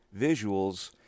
visuals